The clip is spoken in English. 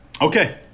Okay